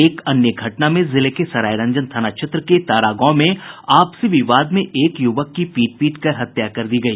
एक अन्य घटना में जिले के सरायरंजन थाना क्षेत्र के तारा गांव में आपसी विवाद में एक युवक की पीट पीटकर हत्या कर दी गई